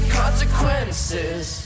consequences